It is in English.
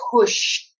push